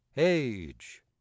age